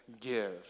give